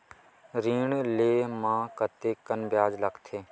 ऋण ले म कतेकन ब्याज लगथे?